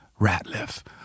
Ratliff